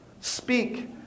Speak